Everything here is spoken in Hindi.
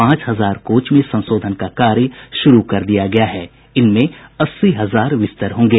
पांच हजार कोच में संशोधन का कार्य शुरू कर दिया गया है इनमें अस्सी हजार बिस्तर होंगे